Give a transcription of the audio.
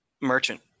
merchant